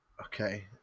okay